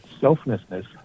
selflessness